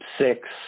six